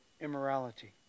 immorality